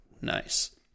Nice